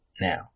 now